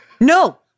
No